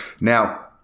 Now